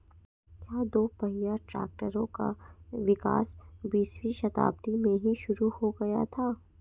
क्या दोपहिया ट्रैक्टरों का विकास बीसवीं शताब्दी में ही शुरु हो गया था?